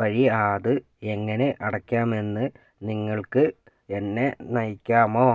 വഴി അത് എങ്ങനെ അടക്കാമെന്ന് നിങ്ങൾക്ക് എന്നെ നയിക്കാമോ